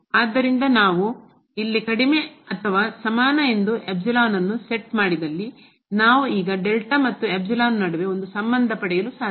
ಆದ್ದರಿಂದ ನಾವು ಇಲ್ಲಿ ಕಡಿಮೆ ಅಥವಾಸಮಾನ ಎಂದು ಅನ್ನು ಸೆಟ್ ಮಾಡಿದಲ್ಲಿ ನಾವು ಈಗ ಮತ್ತು ನಡುವೆ ಒಂದು ಸಂಬಂಧ ಪಡೆಯಲು ಸಾಧ್ಯ